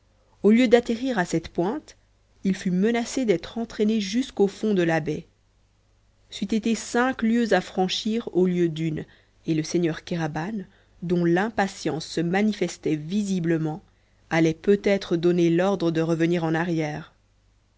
au lieu d'atterrir à cette pointe il fut menacé d'être entraîné jusqu'au fond de la baie c'eût été cinq lieues à franchir au lieu d'une et le seigneur kéraban dont l'impatience se manifestait visiblement allait peut-être donner l'ordre de revenir en arrière